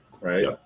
right